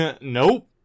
Nope